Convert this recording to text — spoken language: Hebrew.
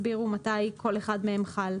אני מבקשת שתסבירו מתי כל אחד מהם חל.